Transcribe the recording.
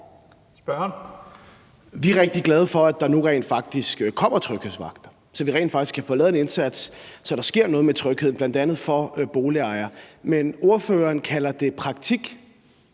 Vi er rigtig glade for, at der nu rent faktisk kommer tryghedsvagter, så vi kan få lavet en indsats, så der sker noget i forhold til trygheden, bl.a. for boligejere. Men ordføreren kalder det praktik.